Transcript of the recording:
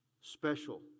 special